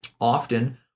Often